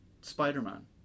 spider-man